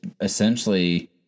essentially